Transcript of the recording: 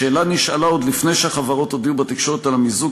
השאלה נשאלה עוד לפני שהחברות הודיעו בתקשורת על המיזוג,